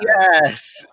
yes